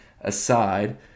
aside